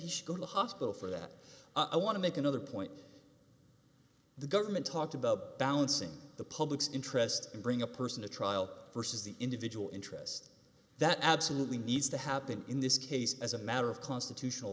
he should go to hospital for that i want to make another point the government talked about balancing the public's interest in bring a person to trial versus the individual interest that absolutely needs to happen in this case as a matter of constitutional